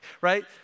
Right